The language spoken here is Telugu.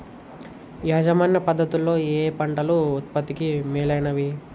యాజమాన్య పద్ధతు లలో ఏయే పంటలు ఉత్పత్తికి మేలైనవి?